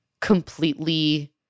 completely